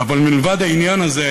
אבל מלבד העניין הזה,